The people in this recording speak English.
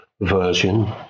version